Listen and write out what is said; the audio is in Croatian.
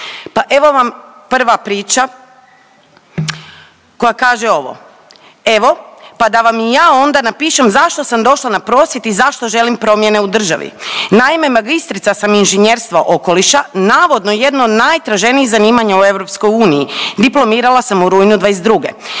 Pa evo vam prva priča koja kaže ovo. Evo, pa da vam i ja onda napišem zašto sam došla na prosvjed i zašto želim promjene u državi. Naime, magistrica sam inženjerstva okoliša navodno jedno od najtraženijih zanimanja u EU. Diplomirala sam u rujnu '22.